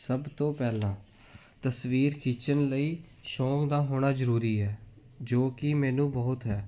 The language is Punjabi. ਸਭ ਤੋਂ ਪਹਿਲਾਂ ਤਸਵੀਰ ਖਿੱਚਣ ਲਈ ਸ਼ੌਂਕ ਦਾ ਹੋਣਾ ਜ਼ਰੂਰੀ ਹੈ ਜੋ ਕਿ ਮੈਨੂੰ ਬਹੁਤ ਹੈ